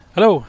Hello